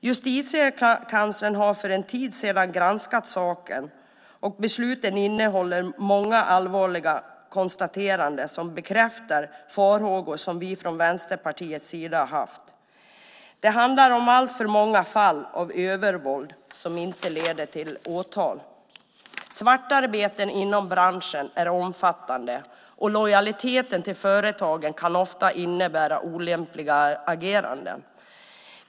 Justitiekanslern granskade saken för en tid sedan, och slutsatserna innehåller många allvarliga konstateranden som bekräftar de farhågor som vi från Vänsterpartiets sida har haft. Det handlar om alltför många fall av övervåld som inte leder till åtal. Svartarbeten inom branschen är omfattande. Lojaliteten med företagen kan ofta innebära olämpliga ageranden.